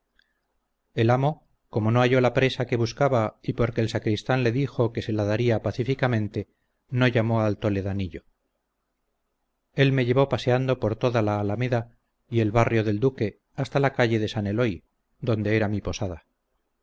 el amo como no halló la presa que buscaba y porque el sacristán le dijo que se la daría pacíficamente no llamó al toledanillo él me llevó paseando por toda la alameda y el barrio del duque hasta la calle de san eloy donde era mi posada